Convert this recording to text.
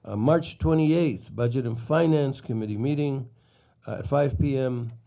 ah march twenty eight, budget and finance committee meeting. at five p m,